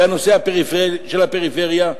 בנושא הפריפריה,